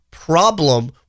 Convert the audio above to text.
problem